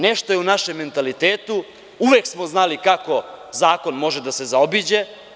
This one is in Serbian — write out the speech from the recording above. Nešto je u našem mentalitetu, uvek smo znali kako zakon može da se zaobiđe.